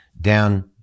down